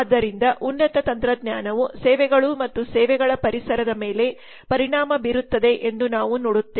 ಆದ್ದರಿಂದಉನ್ನತ ತಂತ್ರಜ್ಞಾನವು ಸೇವೆಗಳು ಮತ್ತು ಸೇವೆಗಳ ಪರಿಸರದ ಮೇಲೆ ಪರಿಣಾಮ ಬೀರುತ್ತದೆ ಎಂದು ನಾವು ನೋಡುತ್ತೇವೆ